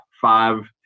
five